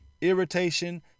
irritation